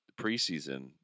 preseason